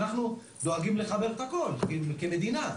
אנחנו דואגים לחבר הכל כמדינה,